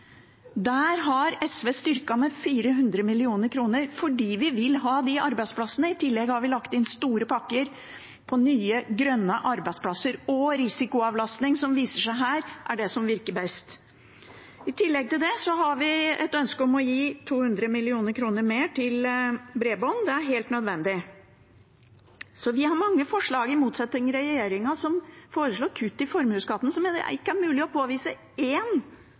har SV styrket med 400 mill. kr fordi vi vil ha de arbeidsplassene. I tillegg har vi lagt inn store pakker på nye grønne arbeidsplasser og risikoavlastning, som det viser seg er det som virker best her. I tillegg til det har vi et ønske om å gi 200 mill. kr mer til bredbånd. Det er helt nødvendig. Så vi har mange forslag, i motsetning til regjeringen, som foreslår kutt i formuesskatten, som det ikke er mulig å påvise